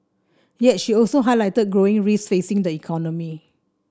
yet she also highlighted growing risks facing the economy